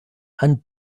and